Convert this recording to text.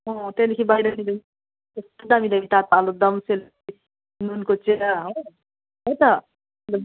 अँ त्याँदेखि बाहिर कस्तो दामी दामी तातो आलुदम सेलरोटी नुनको चिया हो हो त